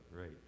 right